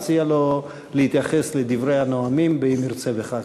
נציע לו להתייחס לדברי הנואמים אם ירצה בכך.